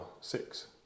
six